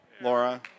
Laura